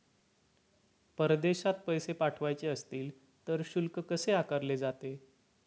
परदेशात पैसे पाठवायचे असतील तर शुल्क कसे आकारले जाते?